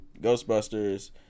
Ghostbusters